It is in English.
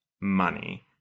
money